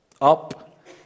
Up